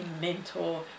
mentor